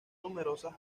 numerosas